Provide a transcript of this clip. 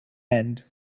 end